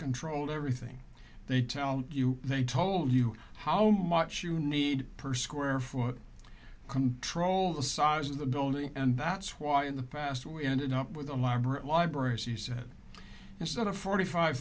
controlled everything they tell you they told you how much you need per square foot control the size of the building and that's why in the past we ended up with elaborate libraries he said instead of forty five